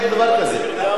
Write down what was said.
בכוונה.